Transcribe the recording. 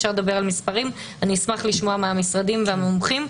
אשמח לשמוע מהמשרדים ומהמומחים.